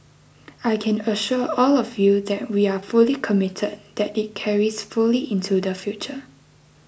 I can assure all of you that we are fully committed that it carries fully into the future